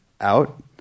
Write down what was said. out